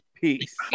Peace